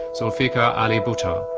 zulfikar ali bhutto.